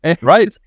Right